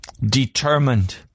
Determined